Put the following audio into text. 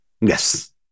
Yes